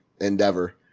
endeavor